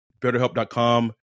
betterhelp.com